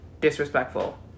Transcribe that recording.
disrespectful